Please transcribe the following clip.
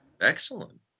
Excellent